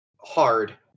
hard